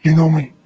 you know me.